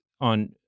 on